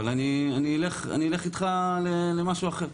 אבל אני אלך איתך למשהו אחר,